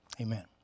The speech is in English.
Amen